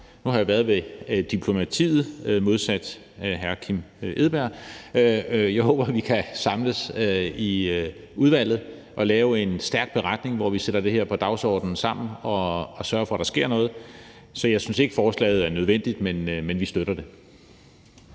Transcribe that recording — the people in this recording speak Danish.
nu har jeg været ved diplomatiet modsat hr. Kim Edberg Andersen – at vi kan samles i udvalget og lave en stærk beretning, hvor vi sætter det her på dagsordenen sammen og sørger for, der sker noget. Så jeg synes ikke, forslaget er nødvendigt, men vi støtter det.